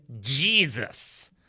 Jesus